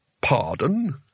Pardon